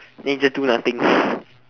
then he just do nothing